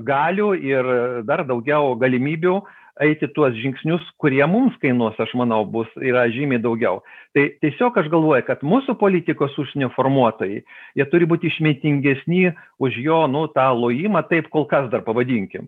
galių ir dar daugiau galimybių eiti tuos žingsnius kurie mums kainuos aš manau bus yra žymiai daugiau tai tiesiog aš galvoju kad mūsų politikos užsienio formuotojai jie turi būt išmintingesni už jo nu tą lojimą taip kol kas dar pavadinkim